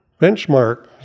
benchmark